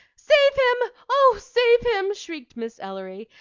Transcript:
save him! oh, save him! shrieked miss ellery,